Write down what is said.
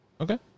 Okay